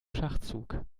schachzug